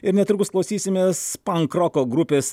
ir netrukus klausysimės pankroko grupės